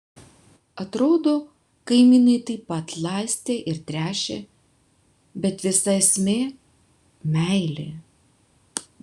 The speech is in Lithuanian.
atrodo kaimynai taip pat laistė ir tręšė bet visa esmė meilė